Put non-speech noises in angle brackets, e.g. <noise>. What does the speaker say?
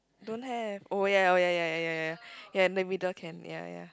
don't have oh yea yea oh yea yea yea yea <noise> in the middle can yea yea